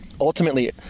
ultimately